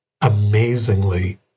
amazingly